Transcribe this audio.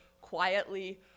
quietly